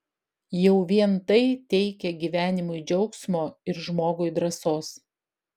jau vien tai teikia gyvenimui džiaugsmo ir žmogui drąsos